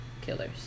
killers